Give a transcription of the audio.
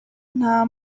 nta